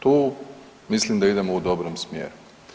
Tu mislim da idemo u dobrom smjeru.